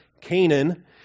Canaan